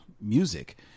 music